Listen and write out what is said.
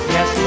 Yes